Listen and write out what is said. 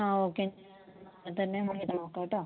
ആ ഓക്കെ തന്നെ പോയിട്ട് നോക്കാം കേട്ടോ